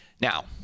Now